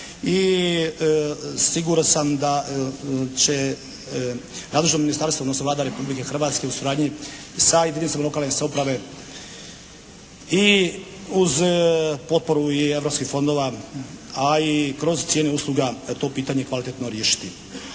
i siguran sam da će nadležno ministarstvo odnosno Vlada Republike Hrvatske u suradnji sa jedinicama lokalne samouprave i uz potporu i europskih fondova a i kroz cijene usluga to pitanje kvalitetno riješiti.